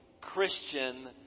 Christian